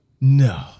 No